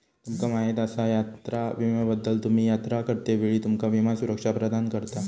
तुमका माहीत आसा यात्रा विम्याबद्दल?, तुम्ही यात्रा करतेवेळी तुमका विमा सुरक्षा प्रदान करता